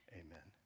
amen